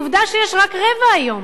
עובדה שיש רק רבע היום,